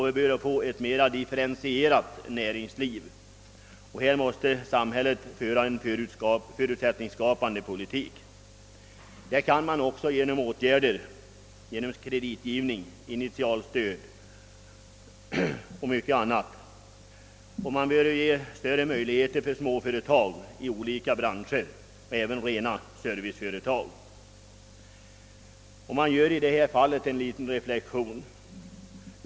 Vi bör få ett mera differentierat näringsliv. Här måste samhället föra en förutsättningsskapande politik. Det kan man också göra genom kreditgivning, initialstöd och mycket annat. Man bör ge större möjligheter för småföretag i olika branscher, även rena serviceföretag. Och så en liten reflexion.